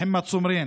מוחמד סומרין,